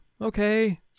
okay